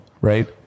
Right